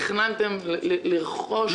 תכננתם לרכוש ליסינג.